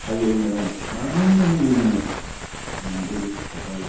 हाल एवनायाव मा मा मुवा नांगौ जोंनो नांगोल खदाल